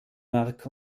mark